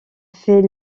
fait